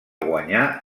guanyar